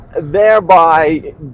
thereby